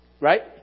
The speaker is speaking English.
right